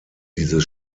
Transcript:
dieses